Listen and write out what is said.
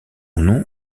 nom